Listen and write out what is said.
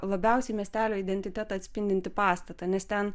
labiausiai miestelio identitetą atspindintį pastatą nes ten